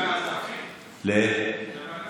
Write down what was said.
רק לוועדת הכספים.